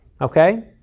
Okay